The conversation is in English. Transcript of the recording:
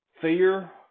fear